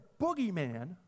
boogeyman